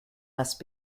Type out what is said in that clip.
must